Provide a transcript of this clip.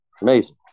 amazing